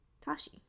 Tashi